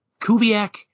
Kubiak